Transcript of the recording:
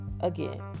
again